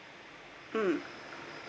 mm